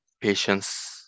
patience